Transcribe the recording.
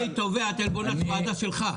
אדוני, אני תובע את עלבונה של הוועדה שלך.